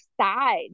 side